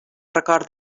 record